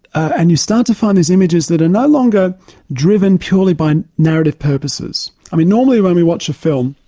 and you start to find these images that are no longer driven truly by narrative purposes. i mean normally when we watch a film,